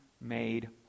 made